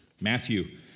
Matthew